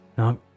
No